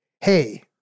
hey